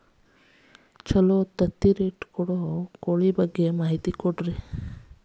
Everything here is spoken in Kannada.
ತತ್ತಿರೇಟ್ ಛಲೋ ಇರೋ ಯಾವ್ ಕೋಳಿ ಪಾಡ್ರೇ?